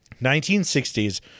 1960s